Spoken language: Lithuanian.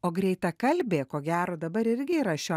o greitakalbė ko gero dabar irgi yra šio